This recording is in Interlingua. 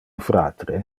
fratre